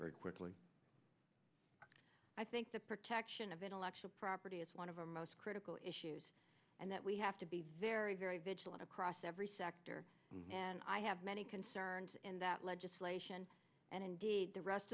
very quickly i think the protection of intellectual property is one of our most critical issues and that we have to be very very vigilant across every sector and i have many concerns in that legislation and the rest